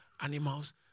animals